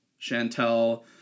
Chantel